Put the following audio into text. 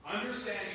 Understanding